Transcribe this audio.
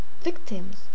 victims